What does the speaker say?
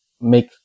make